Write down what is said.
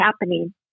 happening